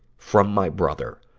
from my brother,